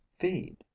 feed